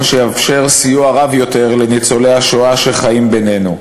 שיאפשר סיוע רב יותר לניצולי השואה שחיים בינינו.